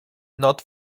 not